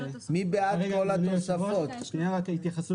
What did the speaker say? רגע אדוני יושב הראש, שנייה רק התייחסות